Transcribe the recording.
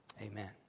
Amen